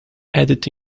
added